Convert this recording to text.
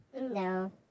No